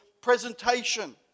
presentation